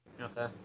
Okay